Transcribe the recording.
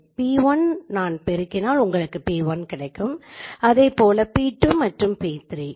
எனவே p1 நான் பெருக்கினால் உங்களுக்கு p1 கிடைக்கும் இதேபோலவே p2 மற்றும் p3